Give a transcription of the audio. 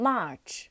March